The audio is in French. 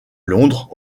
londres